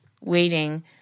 waiting